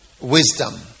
wisdom